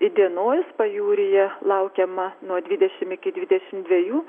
įdienojus pajūryje laukiama nuo dvidešim iki dvidešim dviejų